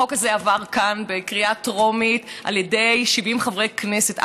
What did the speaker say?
החוק הזה עבר כאן בקריאה טרומית על ידי 70 חברי כנסת.